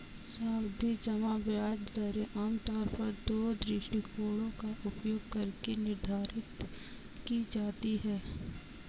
सावधि जमा ब्याज दरें आमतौर पर दो दृष्टिकोणों का उपयोग करके निर्धारित की जाती है